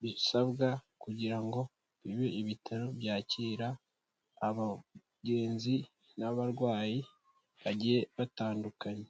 bisabwa kugira ngo bibe ibitaro byakira abagenzi n'abarwayi bagiye batandukanye.